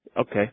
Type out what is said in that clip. Okay